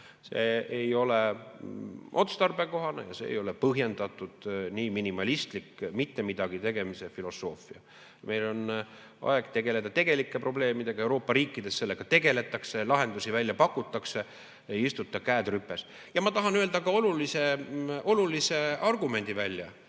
See ei ole otstarbekohane ja see ei ole põhjendatud, see nii minimalistlik mittemidagitegemise filosoofia. Meil on aeg tegeleda tegelike probleemidega. Euroopa riikides nendega tegeldakse, lahendusi pakutakse, ei istuta, käed rüpes. Ma tahan öelda ka olulise argumendi,